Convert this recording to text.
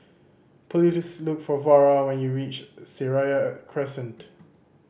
please look for Vara when you reach Seraya Crescent